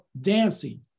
dancing